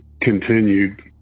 continued